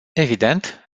evident